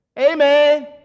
Amen